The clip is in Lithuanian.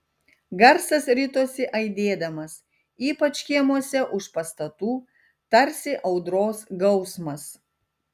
garsas ritosi aidėdamas ypač kiemuose už pastatų tarsi audros gausmas